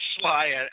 Sly